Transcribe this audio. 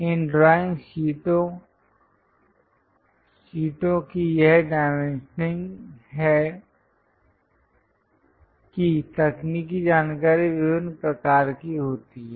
इन drawing शीटों की यह डाइमेंशनिंग है कि तकनीकी जानकारी विभिन्न प्रकार की होती है